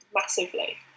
massively